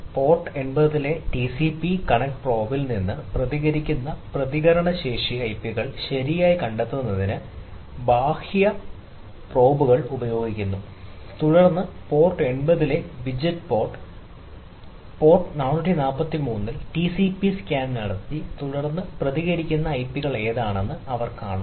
port 80 ലെ TCP connect പ്രോബിൽ port 443 ൽ ടിസിപി സ്കാൻ നടത്തി തുടർന്ന് പ്രതികരിക്കുന്ന ഐപികൾ എന്താണെന്ന് അവർ കാണും